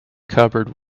cupboard